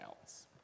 else